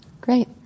Great